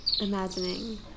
imagining